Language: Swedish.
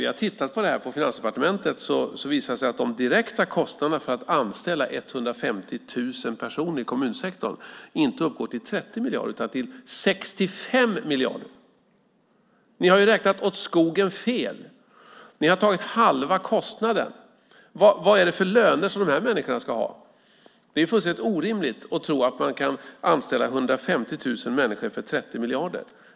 Vi har tittat på det här på Finansdepartementet, och det visar sig att de direkta kostnaderna för att anställa 150 000 personer i kommunsektorn inte uppgår till 30 miljarder utan till 65 miljarder. Ni har räknat åt skogen fel. Ni har tagit halva kostnaden. Vad är det för löner som de här människorna ska ha? Det är fullständigt orimligt att tro att man kan anställa 150 000 människor för 30 miljarder.